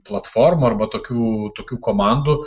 platformų arba tokių tokių komandų